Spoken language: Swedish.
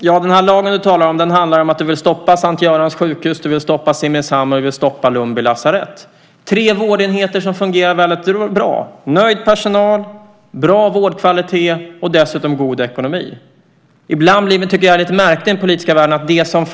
Herr talman! Den lag du talar om handlar om att du vill stoppa S:t Görans Sjukhus, du vill stoppa Simrishamns lasarett och du vill stoppa Lundby lasarett. Det är tre vårdenheter som fungerar väldigt bra. Man har nöjd personal, bra vårdkvalitet och god ekonomi. Ibland blir det lite märkligt i den politiska världen.